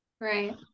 right